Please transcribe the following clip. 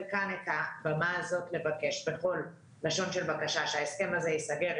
כאן את הבמה הזאת לבקש בכל לשון של בקשה שההסכם הזה ייסגר,